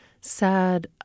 sad